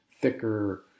thicker